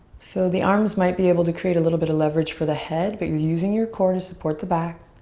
so the arms might be able to create a little bit of leverage for the head. but you're using your core to support the back.